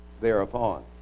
Thereupon